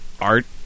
art